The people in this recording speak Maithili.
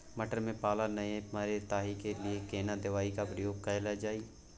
मटर में पाला नैय मरे ताहि के लिए केना दवाई के प्रयोग कैल जाए?